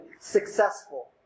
successful